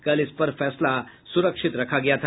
कल इस पर फैसला सुरक्षित रखा गया था